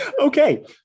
Okay